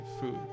food